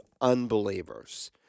unbelievers